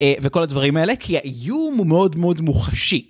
וכל הדברים האלה, כי האיום הוא מאוד מאוד מוחשי.